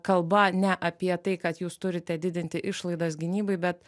kalba ne apie tai kad jūs turite didinti išlaidas gynybai bet